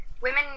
women